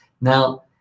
Now